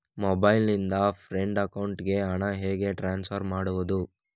Mobile ನಿಂದ friend ಅಕೌಂಟಿಗೆ ಹಣ ಹೇಗೆ ಟ್ರಾನ್ಸ್ಫರ್ ಮಾಡುವುದು?